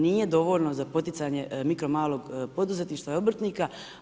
Nije dovoljno za poticanje mikro malog poduzetništva i obrtnika.